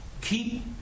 Keep